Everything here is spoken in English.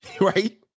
right